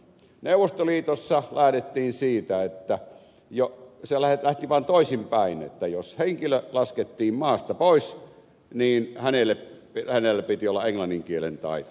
neuvostoliitossa lähdettiin siitä että se lähti vain toisinpäin että jos henkilö laskettiin maasta pois niin hänellä piti olla englannin kielen taito